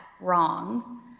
Wrong